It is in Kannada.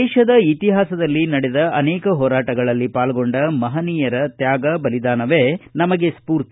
ದೇಶದ ಇತಿಹಾಸದಲ್ಲಿ ನಡೆದ ಅನೇಕ ಹೋರಾಟಗಳಲ್ಲಿ ಪಾಲ್ಗೊಂಡ ಮಹನೀಯರ ತ್ಯಾಗ ಬಲಿದಾನವೇ ನಮಗೆ ಸ್ಪೂರ್ತಿ